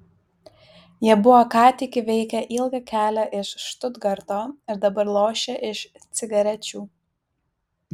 jie buvo ką tik įveikę ilgą kelią iš štutgarto ir dabar lošė iš cigarečių